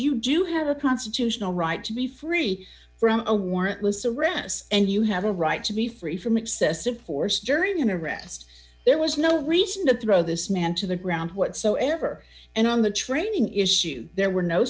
you do have a constitutional right to be free from a warrantless arrests and you have a right to be free from excessive force during an arrest there was no reason to throw this man to the ground whatsoever and on the training issue there were no